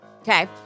Okay